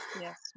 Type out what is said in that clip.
Yes